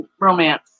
romance